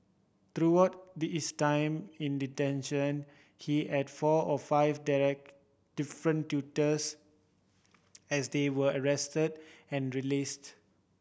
throughout it is time in detention he had four or five different tutors as they were arrested and released